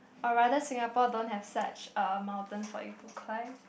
or rather Singapore don't have such mountain for you to climb